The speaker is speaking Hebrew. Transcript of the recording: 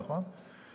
נכון?